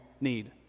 need